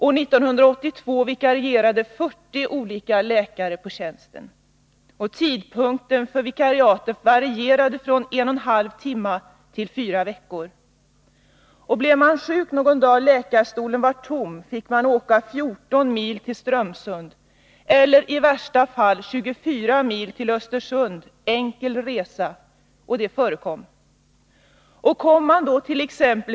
År 1982 vikarierade 40 olika läkare på tjänsten. Tiden för vikariaten varierade från en och en halv timme till fyra veckor. Blev man sjuk någon dag då läkarstolen var tom fick man åka 14 mil till Strömsund — eller i värsta fall 24 mil till Östersund, enkel resa. Och det förekom. För den somt.ex.